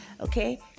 Okay